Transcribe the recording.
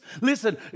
Listen